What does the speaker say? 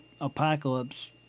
Apocalypse